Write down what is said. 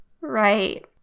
Right